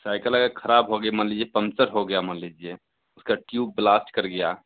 cycle अगर खराब हो गई मान लीजिए पंचर हो गया मान लीजिए उसका ट्यूब ब्लास्ट कर गया